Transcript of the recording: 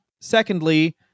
Secondly